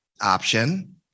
option